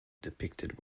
depicted